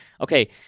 Okay